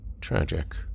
Tragic